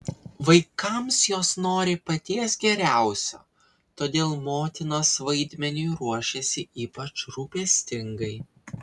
vaikams jos nori paties geriausio todėl motinos vaidmeniui ruošiasi ypač rūpestingai